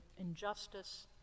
injustice